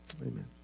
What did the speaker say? amen